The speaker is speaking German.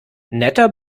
netter